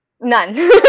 None